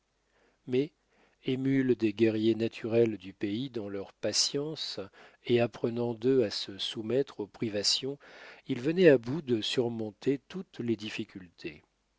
mais émules des guerriers naturels du pays dans leur patience et apprenant d'eux à se soumettre aux privations ils venaient à bout de surmonter toutes les difficultés